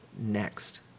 next